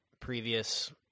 previous